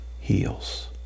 heals